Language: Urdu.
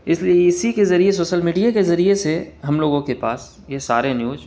اس لیے اسی کے ذریعے سوسل میڈیا کے ذریعے سے ہم لوگوں کے پاس یہ سارے نیوج